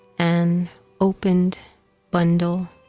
an opened bundle